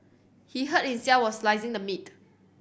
he hurt himself while slicing the meat